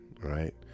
right